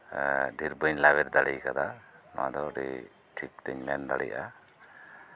ᱰᱷᱮᱨ ᱵᱟᱹᱧ ᱞᱟᱣᱮᱨ ᱫᱟᱲᱮ ᱠᱟᱣᱫᱟ ᱱᱚᱶᱟ ᱫᱚ ᱟᱹᱰᱤ ᱴᱷᱤᱠ ᱛᱤᱧ ᱢᱮᱱ ᱫᱟᱲᱮᱭᱟᱜᱼᱟ